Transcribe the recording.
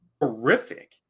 horrific